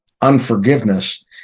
unforgiveness